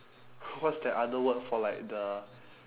what's that other word for like the